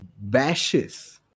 bashes